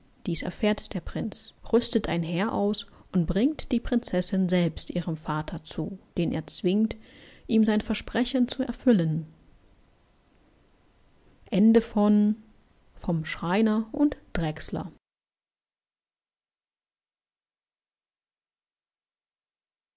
dies erfährt der prinz rüstet ein heer aus und bringt die prinzessin selbst ihrem vater zu den er zwingt ihm sein versprechen zu erfüllen